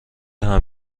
حمل